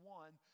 one